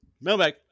Mailbag